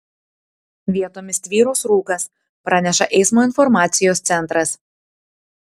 vietomis tvyros rūkas praneša eismo informacijos centras